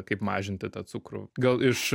kaip mažinti tą cukrų gal iš